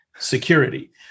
security